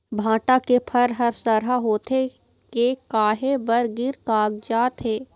भांटा के फर हर सरहा होथे के काहे बर गिर कागजात हे?